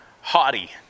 Haughty